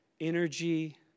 energy